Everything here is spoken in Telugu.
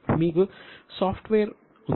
మీకు సాఫ్ట్వేర్ ఉంది